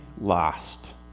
lost